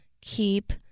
keep